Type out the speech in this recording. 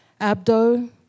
Abdo